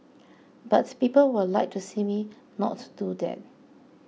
but people would like to see me not do that